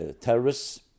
terrorists